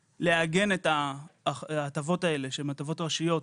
לעגן את ההטבות האלה שהן הטבות ראשיות,